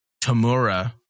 Tamura